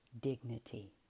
dignity